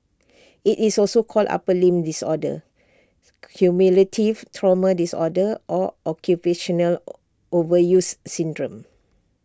IT is also called upper limb disorder cumulative trauma disorder or occupational overuse syndrome